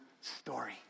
story